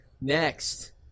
Next